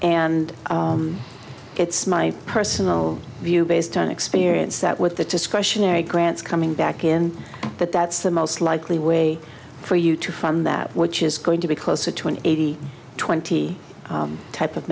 and it's my personal view based on experience that with the discretionary grants coming back in that that's the most likely way for you to fund that which is going to be closer to an eighty twenty type of